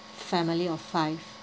family of five